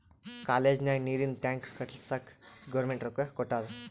college ನಾಗ್ ನೀರಿಂದ್ tank ಕಟ್ಟುಸ್ಲಕ್ ಗೌರ್ಮೆಂಟ್ ರೊಕ್ಕಾ ಕೊಟ್ಟಾದ್